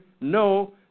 no